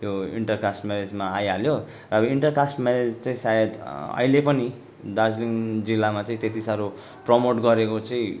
यो inter caste म्यारेजमा आइहाल्यो अब इन्टर कास्ट म्यारेज चाहिँ सायद अहिले पनि दार्जिलिङ जिल्लमा चाहिँ त्यति साह्रो प्रोमोट गरेको चाहिँ